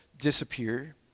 disappear